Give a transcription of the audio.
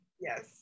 Yes